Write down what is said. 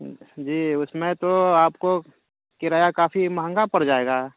جی اس میں تو آپ کو کرایہ کافی مہنگا پڑ جائے گا